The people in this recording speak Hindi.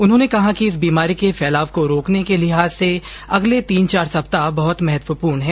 उन्होंने कहा कि इस बीमारी के फैलाव को रोकने के लिहाज से अगले तीन चार सप्ताह बहुत महत्वपूर्ण हैं